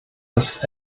das